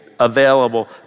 available